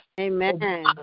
Amen